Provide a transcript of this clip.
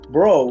Bro